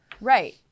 right